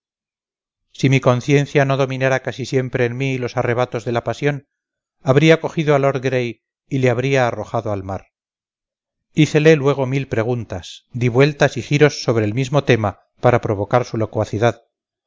si mi conciencia no dominara casi siempre en mí los arrebatos de la pasión habría cogido a lord gray y le habría arrojado al mar hícele luego mil preguntas di vueltas y giros sobre el mismo tema para provocar su locuacidad